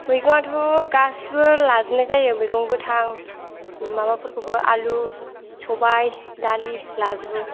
मैगंआथ' गासिबो लाजोबनाय जायो मैगं गोथां माबाफोरखौबो आलु सबाय दालि लाजोबो